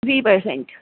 ਵੀਹ ਪਰਸੈਂਟ